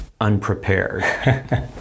unprepared